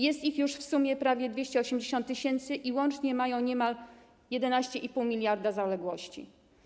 Jest ich już w sumie prawie 280 tys. i łącznie mają niemal 11,5 mld zł zaległości.